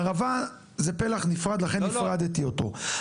הערבה היא פלח נפרד, לכן הפרדתי אותו.